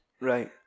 Right